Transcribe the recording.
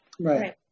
right